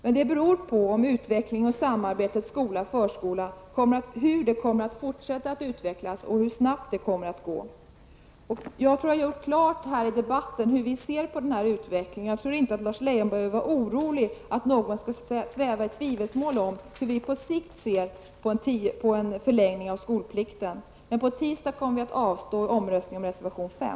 Men det beror på hur samarbetet mellan skola och förskola kommer att fortsätta att utvecklas och hur snabbt det kommer att gå. Jag tror att jag här i debatten har gjort klart hur vi ser på denna utveckling. Jag tror inte Lars Leijonborg behöver vara orolig för att någon skall sväva i tvivelsmål om hur vi på sikt ser på en förlängning av skolplikten. Men på tisdag kommer vi att avstå i omröstning om reservation 5.